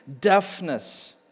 deafness